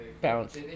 bounce